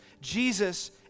Jesus